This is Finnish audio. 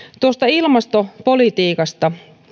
tuosta ilmastopolitiikasta